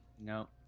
No